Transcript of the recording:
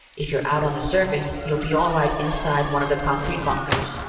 if you're out on the surface, you'll be all right inside one of the concrete bunkers.